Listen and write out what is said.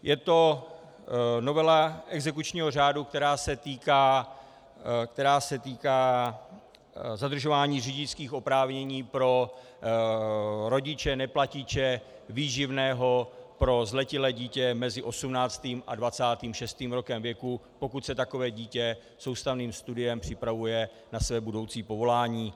Je to novela exekučního řádu, která se týká zadržování řidičských oprávnění pro rodiče neplatiče výživného pro zletilé dítě mezi 18. a 26. rokem věku, pokud se takové dítě soustavným studiem připravuje na své budoucí povolání.